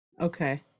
Okay